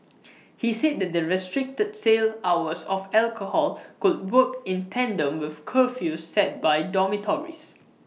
he said that the restricted sale hours of alcohol could work in tandem with curfews set by dormitories